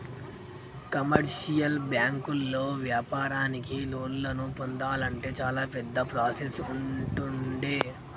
commercial బ్యాంకుల్లో వ్యాపారానికి లోన్లను పొందాలంటే చాలా పెద్ద ప్రాసెస్ ఉంటుండే